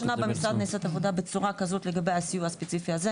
פעם ראשונה במשרד נעשית עבודה כזאת בצורה לגבי הסיוע הספציפי הזה.